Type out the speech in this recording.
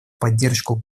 поддержку